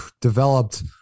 developed